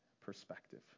perspective